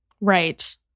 Right